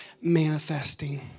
manifesting